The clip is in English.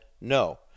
no